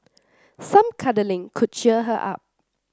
some cuddling could cheer her up